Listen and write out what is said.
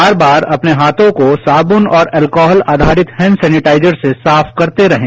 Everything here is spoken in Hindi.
बार बार अपने हाथों को साबून और एल्कोहल आधारित हैंड सैनेटाइजर से साफ करते रहें